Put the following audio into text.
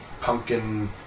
pumpkin